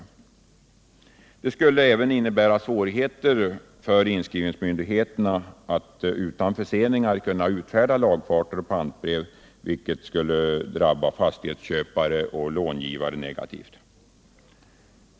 Åtgärderna skulle även innebära svårigheter för inskrivningsmyndigheterna att utan förseningar utfärda lagfartsoch pantbrev, vilket skulle drabba fastighetsköpare och långivare negativt.